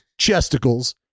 chesticles